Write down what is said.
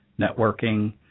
networking